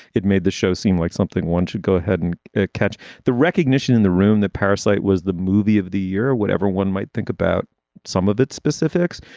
it made the show seem like something one should go ahead and catch the recognition in the room. the parasite was the movie of the year, whatever one might think about some of its specifics.